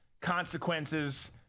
consequences